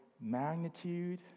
magnitude